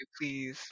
please